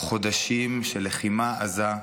חודשים של לחימה עזה,